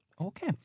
Okay